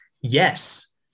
yes